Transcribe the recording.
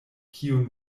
kiun